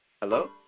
Hello